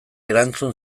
erantzun